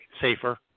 safer